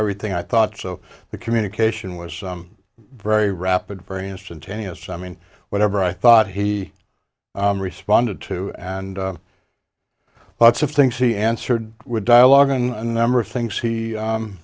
everything i thought so the communication was very rapid very instantaneous i mean whatever i thought he responded to and lots of things he answered with dialogue in a number of things he